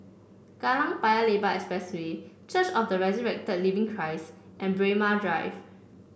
Kallang Paya Lebar Expressway Church of the Resurrected Living Christ and Braemar Drive